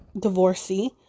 Divorcee